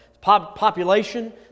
Population